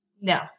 No